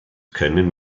können